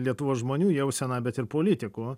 lietuvos žmonių jauseną bet ir politikų